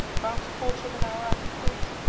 about a quarter of an hour afterwards,